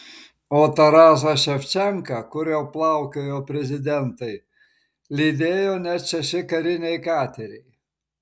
o tarasą ševčenką kuriuo plaukiojo prezidentai lydėjo net šeši kariniai kateriai